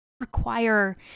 require